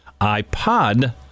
iPod